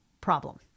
problem